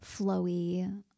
flowy